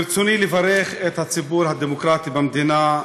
ברצוני לברך את הציבור הדמוקרטי במדינה,